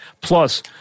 Plus